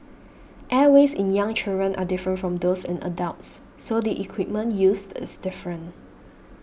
airways in young children are different from those in adults so the equipment used is different